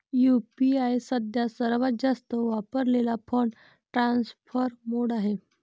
UPI सध्या सर्वात जास्त वापरलेला फंड ट्रान्सफर मोड आहे